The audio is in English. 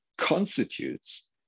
constitutes